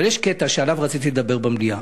אבל יש קטע שעליו רציתי לדבר במליאה.